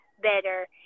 better